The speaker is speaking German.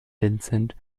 vincent